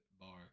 bar